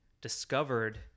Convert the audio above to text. discovered